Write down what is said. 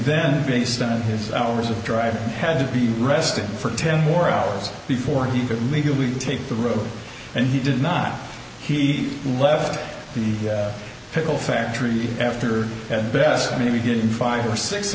then based on his hours of driving had to be rested for ten more hours before he could legally take the road and he did not he left the pickle factory after at best maybe getting five or six